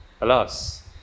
alas